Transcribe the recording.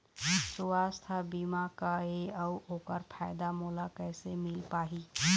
सुवास्थ बीमा का ए अउ ओकर फायदा मोला कैसे मिल पाही?